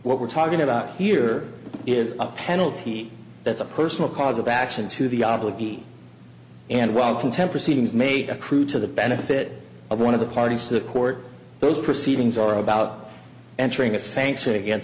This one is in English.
what we're talking about here is a penalty that's a personal cause of action to the obligate and welcome temper seems made accrue to the benefit of one of the parties to the court those proceedings are about entering a sanction against